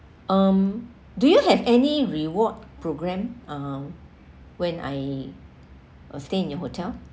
um do you have any reward programme um when I uh stay in your hotel